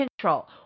control